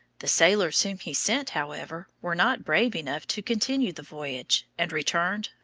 the sailors whom he sent, however, were not brave enough to continue the voyage, and returned,